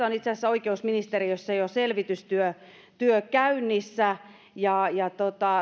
on itse asiassa oikeusministeriössä jo selvitystyö käynnissä ja ja